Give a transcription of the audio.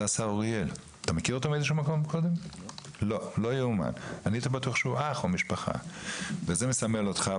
זה פשוט לא יאומן, זה מסמל אותך.